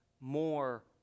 more